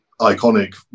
iconic